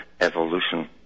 Evolution